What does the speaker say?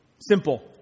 Simple